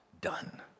done